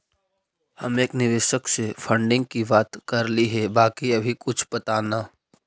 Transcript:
हम एक निवेशक से फंडिंग की बात करली हे बाकी अभी कुछ पता न